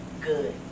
good